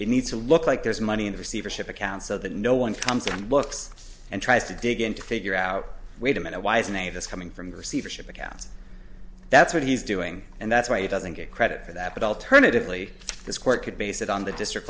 he needs to look like there's money in receivership accounts so that no one comes on the books and tries to dig in to figure out wait a minute why isn't a this coming from the receivership account that's what he's doing and that's why he doesn't get credit for that but alternatively this court could base it on the district